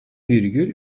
virgül